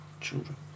children